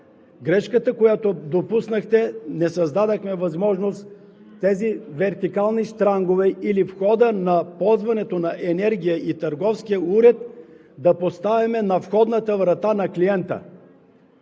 грешка – не създадохме възможност вертикалните щрангове или входът на ползването на енергия и търговския уред да поставим на входната врата на клиента.